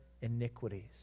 iniquities